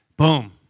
Boom